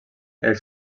els